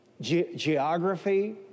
geography